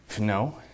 No